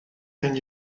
can